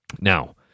Now